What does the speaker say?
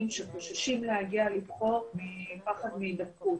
שחוששים להגיע לבחור מאחר והם פוחדים להידבק.